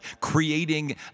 creating